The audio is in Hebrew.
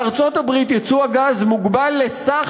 בארצות-הברית ייצוא הגז מוגבל לסך